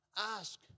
Ask